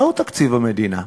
מהו תקציב המדינה.